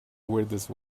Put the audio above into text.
weirdest